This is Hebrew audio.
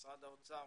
משרד האוצר,